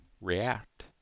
react